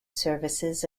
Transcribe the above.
services